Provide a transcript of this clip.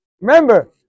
Remember